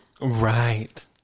right